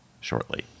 shortly